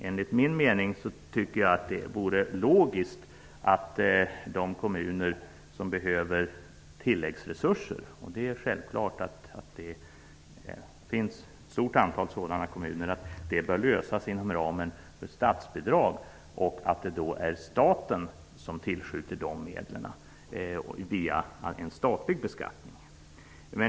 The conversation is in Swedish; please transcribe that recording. Enligt min mening vore det logiskt att de kommuner som behöver tilläggsresurser -- självklart finns det sådana kommuner -- skall få det inom ramen för statsbidrag så att det är staten som tillskjuter medlen via en statlig beskattning.